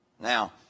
Now